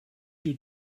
two